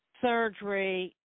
surgery